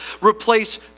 replace